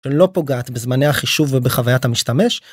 לא פוגעת בזמני החישוב ובחוויית המשתמש.